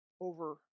over